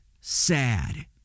sad